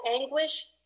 anguish